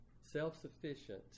self-sufficient